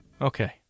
Okay